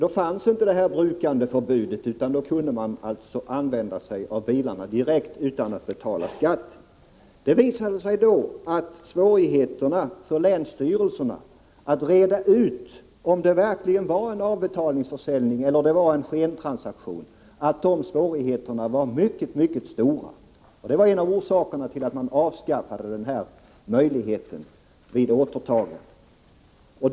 Då fanns inget brukandeförbud, utan man kunde använda bilarna direkt utan att betala skatt. Det visade sig då att svårigheterna för länsstyrelserna att reda ut om det verkligen var en avbetalningsförsäljning eller en skentransaktion var mycket stora. Det var en av orsakerna till att man avskaffade möjligheten att direkt använda fordonen vid återtagande.